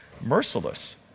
merciless